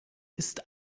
ist